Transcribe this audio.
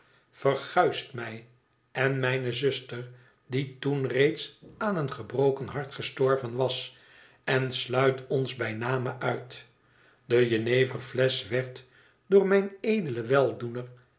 verguist mij en mijne zuster die toen reeds aan een gebroken hart gestorven was en sluit ons bij name uit de jeneverflesch werd door mijn edelen weldoener